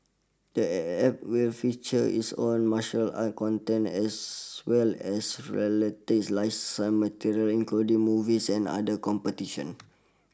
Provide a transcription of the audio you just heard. the App will feature its own martial arts content as well as related licensed material including movies and other competitions